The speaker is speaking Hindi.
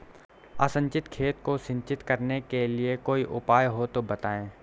असिंचित खेती को सिंचित करने के लिए कोई उपाय हो तो बताएं?